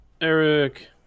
Eric